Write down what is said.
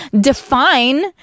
define